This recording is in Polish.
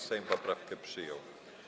Sejm poprawkę przyjął.